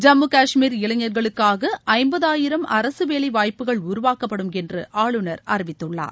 ஜம்மு காஷ்மீர் இளைஞர்களுக்காக ஐம்பதாயிரம் அரசு வேலை வாய்ப்புகள் உருவாக்கப்படும் என்று ஆளுநர் அறிவித்துள்ளார்